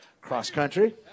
cross-country